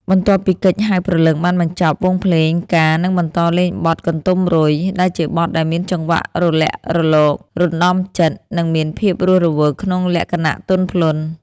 បន្ទាប់ពីកិច្ចហៅព្រលឹងបានបញ្ចប់ វង់ភ្លេងការនឹងបន្តលេងបទ កន្ទុំរុយ ដែលជាបទដែលមានចង្វាក់រលាក់រលក រណ្ដំចិត្ត និងមានភាពរស់រវើកក្នុងលក្ខណៈទន់ភ្លន់។